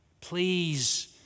Please